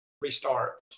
restart